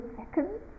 seconds